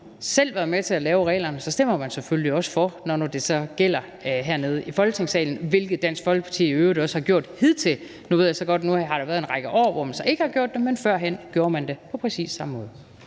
har været med til at lave reglerne, stemmer man selvfølgelig også for, når det så gælder her i Folketingssalen, hvilket Dansk Folkeparti i øvrigt også har gjort hidtil. Nu ved jeg så godt, at der har været en række år, hvor man ikke har gjort det, men førhen gjorde man det på præcis samme måde.